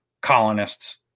colonists